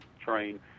train